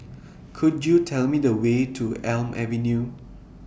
Could YOU Tell Me The Way to Elm Avenue